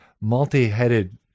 multi-headed